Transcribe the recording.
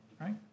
right